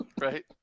Right